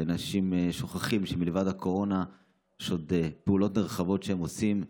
שאנשים שוכחים שמלבד הקורונה יש עוד פעולות נרחבות שהם עושים,